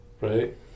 right